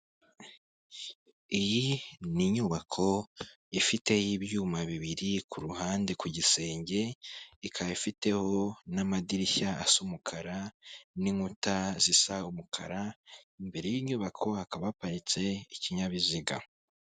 Iyi ni inyubako ifiteho ibyuma bibiri ku ruhande ku gisenge, ikaba ifiteho n'amadirishya asa umukara n'inkuta zisa umukara, imbere y'iyi nyubako hakaba haparitse ikinyabiziga.